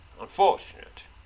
unfortunate